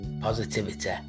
Positivity